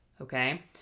Okay